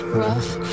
rough